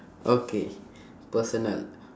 okay personal